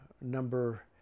number